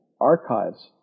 archives